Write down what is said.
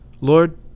Lord